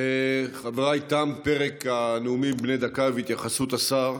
חבריי, תם פרק נאומים בני דקה והתייחסות השר.